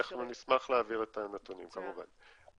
אנחנו נמשח להעביר הנתונים, כמובן.